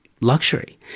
luxury